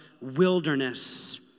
wilderness